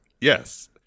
Yes